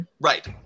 Right